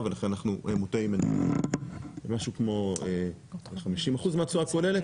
ולכן אנחנו --- משהו כמו 50% מהתשואה הכוללת.